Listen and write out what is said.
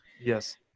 Yes